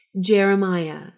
Jeremiah